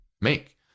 make